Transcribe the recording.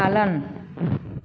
पालन